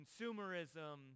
consumerism